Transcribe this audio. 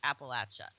Appalachia